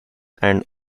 and